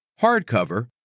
hardcover